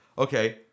Okay